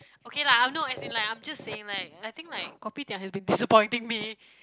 okay lah I know as in like I'm just saying like I think like kopitiam had to disappointing me